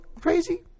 crazy